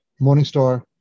Morningstar